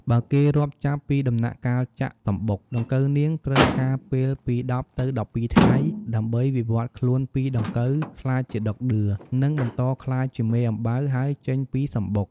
បើគេរាប់ចាប់ពីដំណាក់កាលចាក់សំបុក ដង្កូវនាងត្រូវការពេលពី១០ ទៅ១២ថ្ងៃ ដើម្បីវិវត្តន៍ខ្លួនពីដង្កូវ ក្លាយជាដក់ដឿ នឹងបន្តក្លាយជាមេអំបៅ ហើយចេញពីសំបុក។